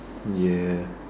ya